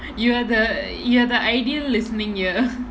you are the you are the ideal listening ear